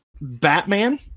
Batman